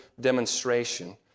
demonstration